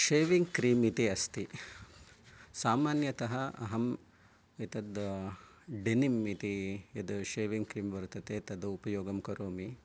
shaving cream इति अस्ति सामान्यतः अहं एतत् डेनिम् इति यत् षेविङ् क्रीं वर्तते तत् उपयोगं करोमि